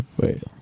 Wait